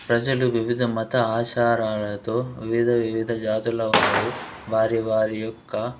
ప్రజలు వివిధ మత ఆచారాలతో వివిధ వివిధ జాతుల వారు వారి వారి యొక్క